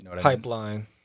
pipeline